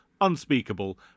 unspeakable